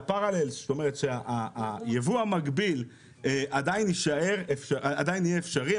שהיבוא המקביל עדיין יהיה אפשרי,